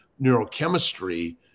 neurochemistry